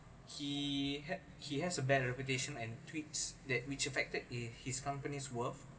he had he has a bad reputation and tweaks that which affected in his company's worth